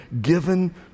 given